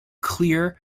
clear